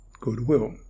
goodwill